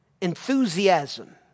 enthusiasm